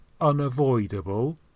unavoidable